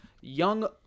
young